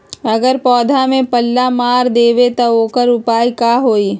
अगर पौधा में पल्ला मार देबे त औकर उपाय का होई?